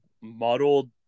muddled